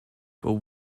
but